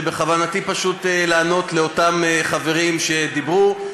ובכוונתי לענות לאותם חברים שדיברו.